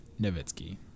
Nowitzki